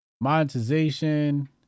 Monetization